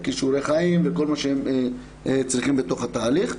לכישורי חיים וכל מה שהם צריכים בתוך התהליך.